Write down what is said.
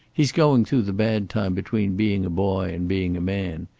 he's going through the bad time between being a boy and being a man.